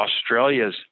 Australia's